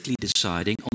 deciding